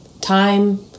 time